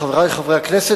חברי חברי הכנסת,